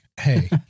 hey